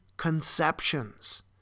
conceptions